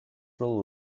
will